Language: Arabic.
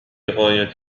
غاية